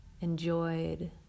enjoyed